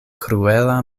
kruela